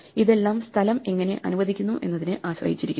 ഇതെല്ലാം സ്ഥലം എങ്ങനെ അനുവദിക്കുന്നു എന്നതിനെ ആശ്രയിച്ചിരിക്കുന്നു